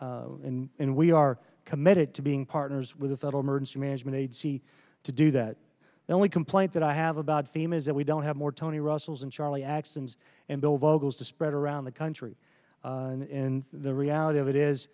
in and we are committed to being partners with the federal emergency management agency to do that now only complaint that i have about fame is that we don't have more tony russell's and charlie actions and bill vocals to spread around the country in the reality of it is